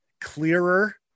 clearer